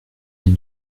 dite